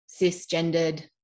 cisgendered